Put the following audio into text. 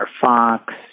Fox